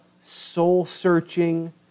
soul-searching